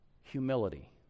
humility